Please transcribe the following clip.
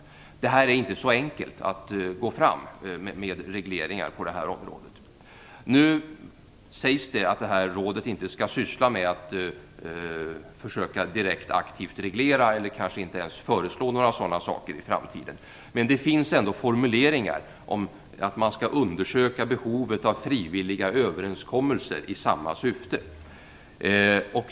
Det är inte så enkelt att gå fram med regleringar på det här området. Nu sägs det att det här rådet inte skall syssla med att aktivt försöka reglera eller föreslå några sådana saker i framtiden. Men det finns ändå formuleringar om att man skall undersöka behovet av frivilliga överenskommelser i samma syfte.